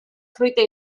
fruita